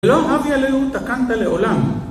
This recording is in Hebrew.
לא אבי אליהו תקנת לעולם